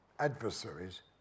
adversaries